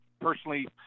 personally